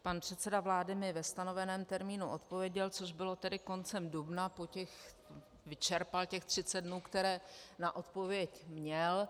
Pan předseda vlády mi ve stanoveném termínu odpověděl, což bylo koncem dubna, vyčerpal těch 30 dnů, které na odpověď měl.